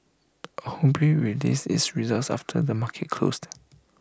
ho bee release its results after the market closed